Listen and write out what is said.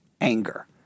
anger